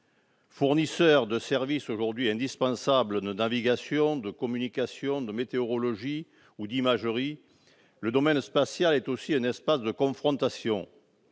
Support de services aujourd'hui indispensables de navigation, de communication, de météorologie ou d'imagerie, le domaine spatial est aussi un espace de confrontation